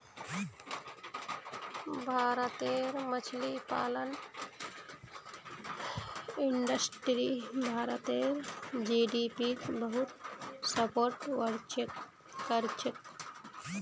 भारतेर मछली पालन इंडस्ट्री भारतेर जीडीपीक बहुत सपोर्ट करछेक